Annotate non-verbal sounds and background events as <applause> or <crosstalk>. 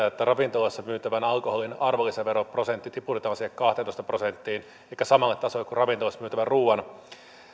<unintelligible> että ravintolassa myytävän alkoholin arvonlisäveroprosentti tiputetaan siihen kahteentoista prosenttiin elikkä samalle tasolle kuin ravintoloissa myytävän ruoan